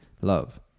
love